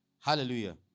Hallelujah